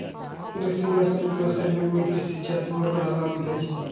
कृषि मसीन केरो सहयोग सें कृषि क्षेत्र मे बढ़ावा मिललै